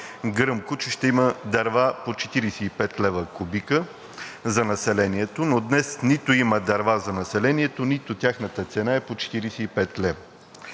гръмко, че ще има дърва по 45 лв. кубика за населението, но днес нито има дърва за населението, нито тяхната цена е по 45 лв.